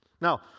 Now